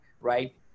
right